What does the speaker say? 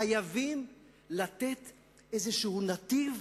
חייבים לתת איזה נתיב